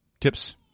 tips